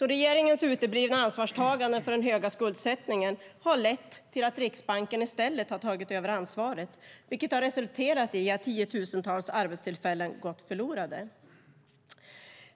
Regeringens uteblivna ansvarstagande för den höga skuldsättningen har lett till att Riksbanken i stället tagit över ansvaret, vilket har resulterat i att tiotusentals arbetstillfällen har gått förlorade.